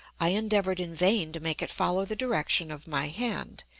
i endeavored in vain to make it follow the direction of my hand.